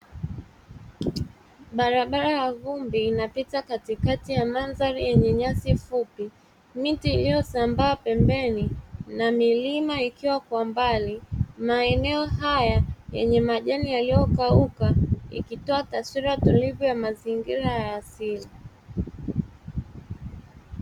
Barabara ya vumbi inapita katikati ya nandhari yenye nyanyasi fupi miti iliyosambaa pembeni na milima ikiwa kwa mbali maeneo haya yenye majani yaliyokauka ikitoa taswira tulivyo ya mazingira ya asili.